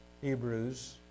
Hebrews